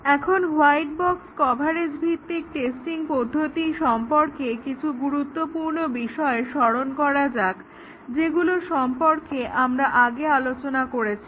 এখন white box coverage ভিত্তিক testing সম্পর্কে কিছু গুরুত্বপূর্ণ বিষয় স্মরণ করা যাক যেগুলো সম্পর্কে আমরা আগে আলোচনা করেছি